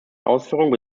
ausführungen